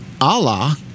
Allah